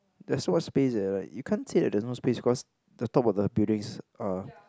there's so much space eh like you can't say that there's no space because the top of the buildings are